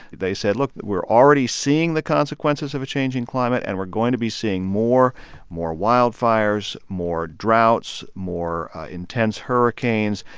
they said, look. we're already seeing the consequences of a changing climate. and we're going to be seeing more more wildfires, more droughts, more intense hurricanes,